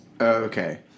Okay